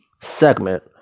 segment